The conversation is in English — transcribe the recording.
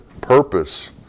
purpose